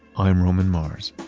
i'm roman mars.